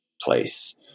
place